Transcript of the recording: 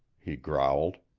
he growled.